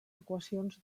equacions